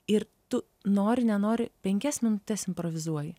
ir tu nori nenori penkias minutes improvizuoji